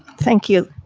thank you.